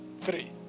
Three